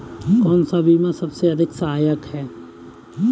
कौन सा बीमा सबसे अधिक सहायक है?